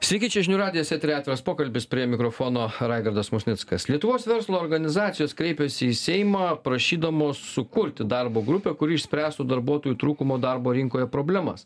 sveiki čia žinių radijas tai yra atviras pokalbis prie mikrofono raigardas musnickas lietuvos verslo organizacijos kreipėsi į seimą prašydamos sukurti darbo grupę kuri išspręstų darbuotojų trūkumo darbo rinkoje problemas